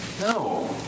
No